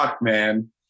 man